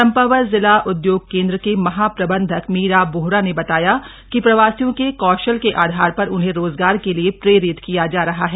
चम्पावत जिला उदयोग केंद्र के महाप्रबंधक मीरा बोहरा ने बताया कि प्रवासियों के कौशल के आधार पर उन्हें रोजगार के लिए प्रेरित किया जा रहा है